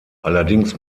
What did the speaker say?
allerdings